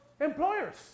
employers